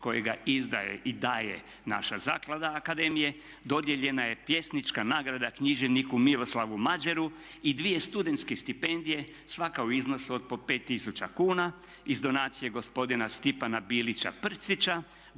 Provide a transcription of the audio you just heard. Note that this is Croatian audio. kojega izdaje i daje naša zaklada akademije dodijeljena je pjesnička nagrada književniku Miroslavu Mađeru i dvije studentske stipendije svaka u iznosu od po 5000 kuna iz donacije gospodina Stipana Bilića Prcića